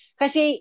kasi